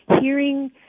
hearing